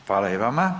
Hvala i vama.